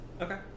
Okay